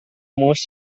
most